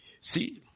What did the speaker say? See